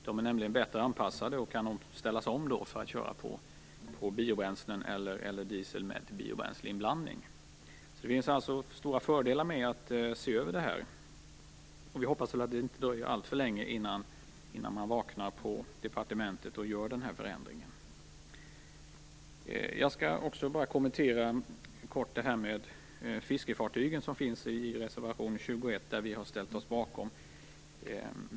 De är nämligen bättre anpassade och kan ställas om för att köra på biobränslen eller diesel med biobränsleinblandning. Det finns alltså stora fördelar med att se över detta. Vi hoppas att det inte dröjer innan man på departementet vaknar och genomför den förändringen. Jag skall också bara kort kommentera reservation 21, som vi har ställt oss bakom, om fiskefartygen.